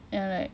ya like